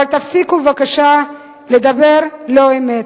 אבל תפסיקו בבקשה לדבר לא-אמת.